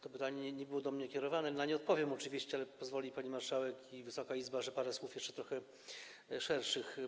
To pytanie nie było do mnie kierowane, choć na nie odpowiem oczywiście, ale pozwoli pani marszałek i Wysoka Izba, że powiem parę słów jeszcze trochę szerzej.